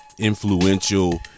influential